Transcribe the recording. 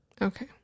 Okay